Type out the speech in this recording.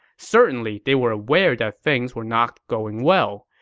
certainly they were aware that things were not going well,